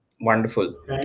wonderful